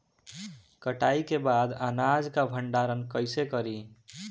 कटाई के बाद अनाज का भंडारण कईसे करीं?